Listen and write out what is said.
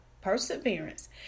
perseverance